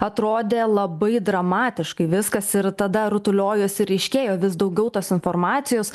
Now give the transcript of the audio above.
atrodė labai dramatiškai viskas ir tada rutuliojosi ryškėjo vis daugiau tos informacijos